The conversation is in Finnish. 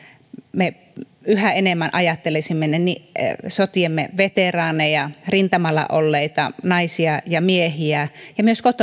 me yhä enemmän ajattelisimme sotiemme veteraaneja rintamalla olleita naisia ja miehiä ja myös